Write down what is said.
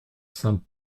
saint